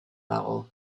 dago